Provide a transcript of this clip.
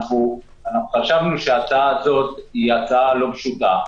לכן חשבנו שההצעה הזו היא הצעה לא פשוטה,